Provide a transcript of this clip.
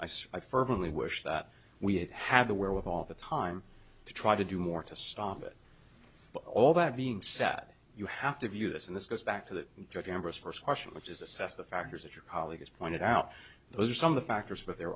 fervently wish that we have the wherewithal the time to try to do more to stop it but all that being sad you have to view this and this goes back to the judge members first question which is assess the factors that your colleagues pointed out those are some of the factors but there